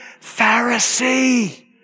Pharisee